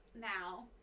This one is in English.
now